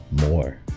More